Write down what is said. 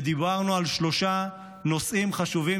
ודיברנו על שלושה נושאים חשובים.